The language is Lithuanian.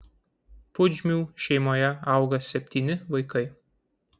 pudžmių šeimoje auga septyni vaikai